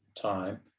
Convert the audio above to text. time